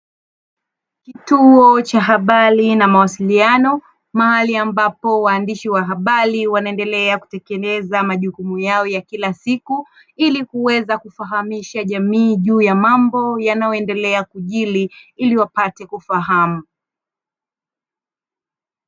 Kituo cha habari na mawasiliano mahali ambapo waandishi wa habari, wanaendelea kutekeleza majukumu yao ya kila siku ili kuweza kufahamisha jamii juu ya mambo yanayoendelea kujiri ili wapate kufahamu.